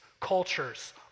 cultures